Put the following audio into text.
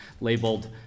labeled